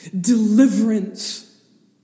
Deliverance